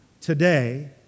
today